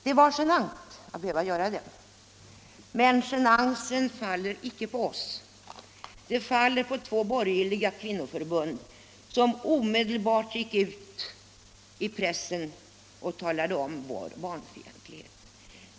Det var genant att behöva göra det, men skulden faller inte på oss utan på två borgerliga kvinnoförbund, som omedelbart gick ut i pressen och talade om vår barnfientlighet.